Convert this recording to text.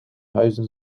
huizen